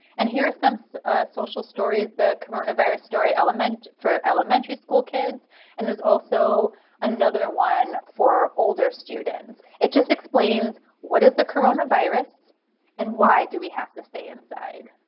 and here are some so social stories. the coronavirus story for elementary school kids and there's also another one for older students, it just explains what is the coronavirus and why do we have to stay inside.